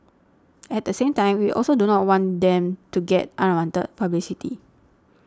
at the same time we also do not want them to get unwanted publicity